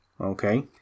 Okay